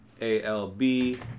A-L-B